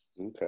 Okay